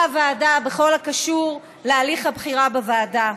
הוועדה בכל הקשור להליך הבחירה בוועדה.